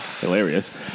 hilarious